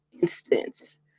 instance